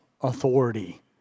authority